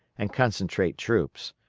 and concentrate troops.